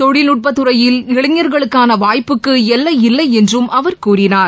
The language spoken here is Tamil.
தொழில்நுட்பத் துறையில் இளைஞர்களுக்கான வாய்ட்புக்கு எல்லை இல்லை என்றும் அவர் கூறினார்